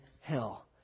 hell